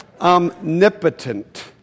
omnipotent